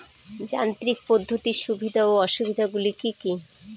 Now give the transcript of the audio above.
যান্ত্রিক পদ্ধতির সুবিধা ও অসুবিধা গুলি কি কি?